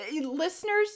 listeners